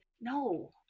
no